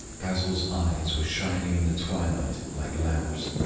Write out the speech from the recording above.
basil's eyes were shining in the twilight like lamps.